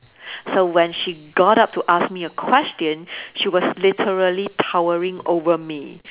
so when she got up to ask me a question she was literally towering over me